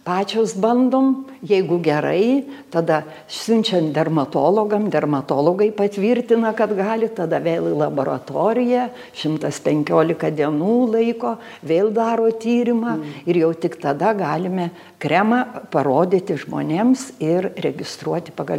pačios bandom jeigu gerai tada siunčiam dermatologam dermatologai patvirtina kad gali tada vėl į laboratoriją šimtas penkiolika dienų laiko vėl daro tyrimą ir jau tik tada galime kremą parodyti žmonėms ir registruoti pagal